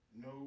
no